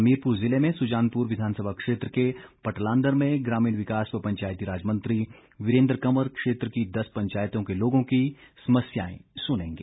हमीरपुर जिले में सुजानपुर विधानसभा क्षेत्र के पटलांदर में ग्रामीण विकास व पंचायती राज मंत्री वीरेंद्र कंवर क्षेत्र की दस पंचायतों के लोगों की समस्याएं सुनेंगे